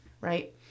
Right